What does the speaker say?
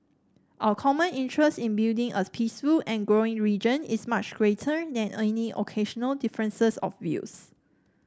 our common interest in building a peaceful and growing region is much greater than any occasional differences of views